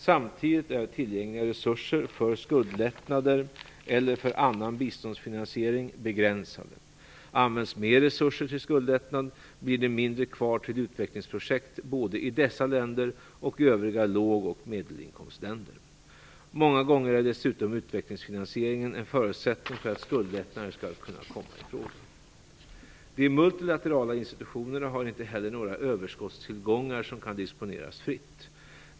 Samtidigt är tillgängliga resurser, för skuldlättnader eller för annan biståndsfinansiering, begränsade. Används mer resurser till skuldlättnad blir det mindre kvar till utvecklingsprojekt både i dessa länder och i övriga låg och medelinkomstländer. Många gånger är dessutom utvecklingsfinansieringen en förutsättning för att skuldlättnader skall kunna komma i fråga. De multilaterala institutionerna har inte heller några överskottstillgångar som kan disponeras fritt.